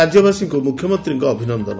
ରାଜ୍ୟବାସୀଙ୍କୁ ମୁଖ୍ୟମନ୍ତୀଙ୍କ ଅଭିନନ୍ଦନ